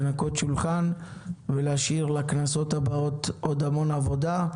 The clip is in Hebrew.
לנקות שולחן ולהשאיר לכנסות הבאות עוד המון עבודה,